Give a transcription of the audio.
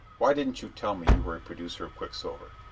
why didn't you tell me you were a producer of quicksilver?